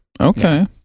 Okay